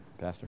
Pastor